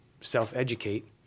self-educate